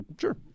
sure